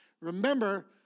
Remember